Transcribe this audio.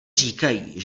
říkají